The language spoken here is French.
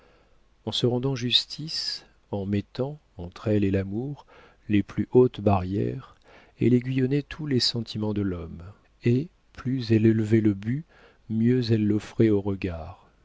en se rendant justice en mettant entre elle et l'amour les plus hautes barrières elle aiguillonnait tous les sentiments de l'homme et plus elle élevait le but mieux elle l'offrait aux regards